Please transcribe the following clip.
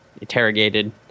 Interrogated